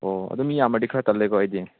ꯑꯣ ꯑꯗꯨ ꯃꯤ ꯌꯥꯝꯃꯗꯤ ꯈꯔ ꯇꯜꯂꯦꯀꯣ ꯑꯩꯗꯤ